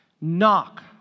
Knock